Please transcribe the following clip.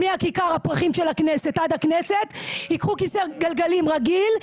מכיכר הפרחים של הכנסת עד הכנסת ייקחו כיסא גלגלים רגיל,